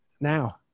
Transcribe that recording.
now